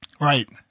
Right